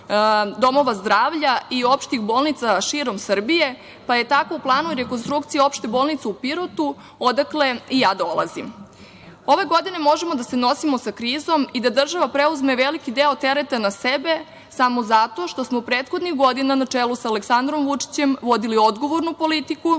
domova zdravlja i opštih bolnica širom Srbije pa je tako u planu i rekonstrukcija Opšte bolnice u Pirotu, odakle i ja dolazim. Ove godine možemo da se nosimo sa krizom i da država preuzme veliki deo tereta na sebe samo zato što smo prethodnih godina na čelu sa Aleksandrom Vučićem vodili odgovornu politiku,